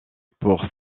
pour